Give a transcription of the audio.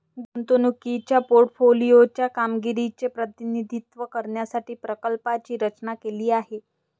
गुंतवणुकीच्या पोर्टफोलिओ च्या कामगिरीचे प्रतिनिधित्व करण्यासाठी प्रकल्पाची रचना केली आहे